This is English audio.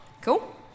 Cool